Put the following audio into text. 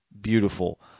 beautiful